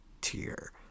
tier